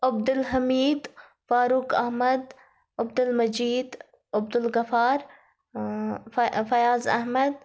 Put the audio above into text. عبد الحمید فاروق احمد عبدالمجیٖد عبدالغفار فہ فیاض احمد